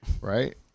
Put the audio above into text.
right